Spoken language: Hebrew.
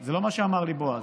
זה לא מה שאמר לי בועז.